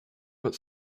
but